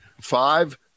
five